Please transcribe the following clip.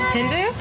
Hindu